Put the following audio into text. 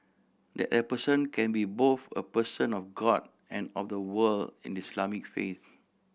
that a person can be both a person of God and of the world in Islamic faith